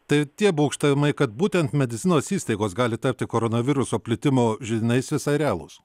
tai tie būgštavimai kad būtent medicinos įstaigos gali tapti koronaviruso plitimo židiniais visai realūs